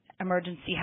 emergency